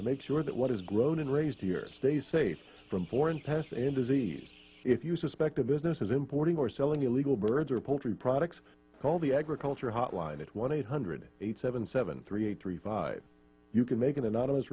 to make sure that what is grown and raised two years days safe from foreign pests and diseases if you suspect a business is importing or selling illegal birds or poultry products call the agriculture hotline at one eight hundred eight seven seven three eight three five you can make an anonymous